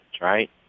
right